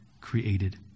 created